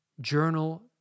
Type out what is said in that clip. journal